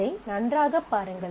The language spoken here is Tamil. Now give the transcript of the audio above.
இதை நன்றாகப் பாருங்கள்